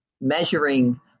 measuring